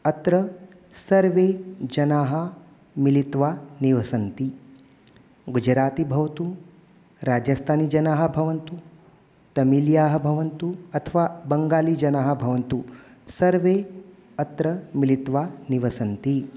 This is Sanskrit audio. अत्र सर्वे जनाः मिलित्वा निवसन्ति गुजराती भवतु राजस्थानीजनाः भवन्तु तमिल्याः भवन्तु अथवा बङ्गालीजनाः भवन्तु सर्वे अत्र मिलित्वा निवसन्ति